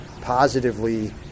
positively